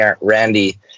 Randy